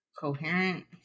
coherent